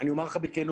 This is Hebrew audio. אני אומר לך בכנות.